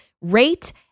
rate